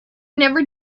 never